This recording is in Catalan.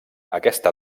aquesta